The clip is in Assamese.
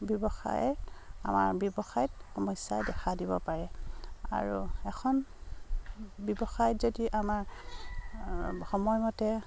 ব্যৱসায় আমাৰ ব্যৱসায়ত সমস্যাই দেখা দিব পাৰে আৰু এখন ব্যৱসায়ত যদি আমাৰ সময়মতে